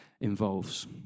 involves